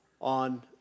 on